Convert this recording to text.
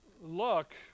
look